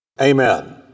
Amen